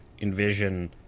envision